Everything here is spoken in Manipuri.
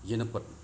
ꯌꯦꯅꯞꯄꯠ